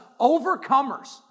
overcomers